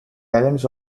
islands